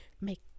Make